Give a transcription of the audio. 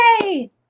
Yay